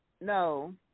no